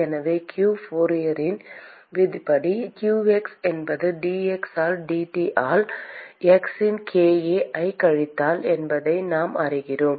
எனவே q ஃபோரியரின் விதியின்படி qx என்பது dx ஆல் dT ஆல் x இன் k Ac ஐக் கழித்தல் என்பதை நாம் அறிவோம்